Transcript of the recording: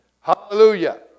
Hallelujah